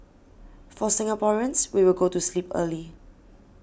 for Singaporeans we will go to sleep early